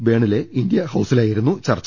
ബേണിലെ India ഹൌസിലായിരുന്നു ചർച്ച